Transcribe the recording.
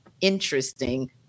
interesting